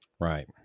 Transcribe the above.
Right